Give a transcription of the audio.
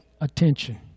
attention